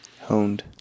Honed